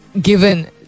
given